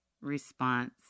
response